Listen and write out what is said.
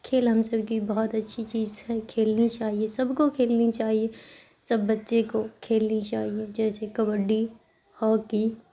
کھیل ہم سب کی بہت اچھی چیز ہے کھیلنی چاہیے سب کو کھیلنی چاہیے سب بچے کو کھیلنی چاہیے جیسے کبڈی ہاکی